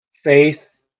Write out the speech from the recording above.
Faith